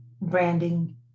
branding